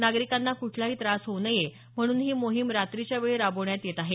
नागरिकांना कुठलाही त्रास होऊ नये म्हणून ही मोहीम रात्रीच्यावेळी राबवण्यात येत आहे